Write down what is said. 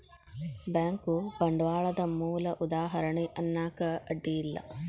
bank ಬಂಡ್ವಾಳದ್ ಮೂಲ ಉದಾಹಾರಣಿ ಅನ್ನಾಕ ಅಡ್ಡಿ ಇಲ್ಲಾ